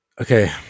Okay